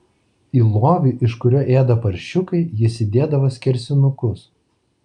į lovį iš kurio ėda paršiukai jis įdėdavo skersinukus